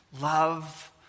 love